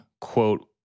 quote